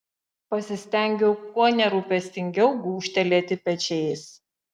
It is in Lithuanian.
pasistengiau kuo nerūpestingiau gūžtelėti pečiais